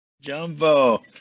Jumbo